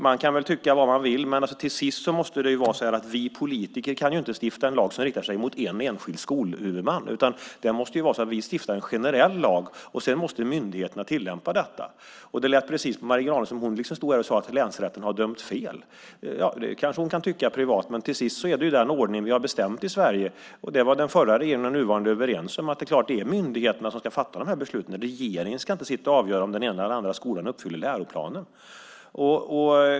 Man kan väl tycka vad man vill, men till sist måste det vara så att vi politiker inte kan stifta en lag som riktar sig mot en enskild skolhuvudman. Vi måste stifta en generell lag, och sedan måste myndigheterna tillämpa den. Det lät på Marie Granlund som om länsrätten har dömt fel. Det kanske hon kan tycka privat, men i slutänden är det den ordning vi har bestämt i Sverige. Den förra regeringen och den nuvarande var överens om att det är myndigheterna som ska fatta de här besluten. Regeringen ska inte sitta och avgöra om den ena eller den andra skolan uppfyller läroplanen.